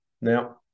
Now